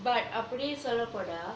but அப்படி சொல்ல போனா:appadi solla ponaa